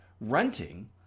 renting